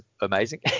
amazing